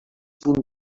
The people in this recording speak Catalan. punt